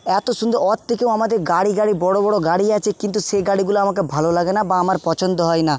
এত সুন্দর ওর থেকেও আমাদের গাড়ি গাড়ি বড় বড় গাড়ি আছে কিন্তু সে গাড়িগুলো আমাকে ভালো লাগে না বা আমার পছন্দ হয় না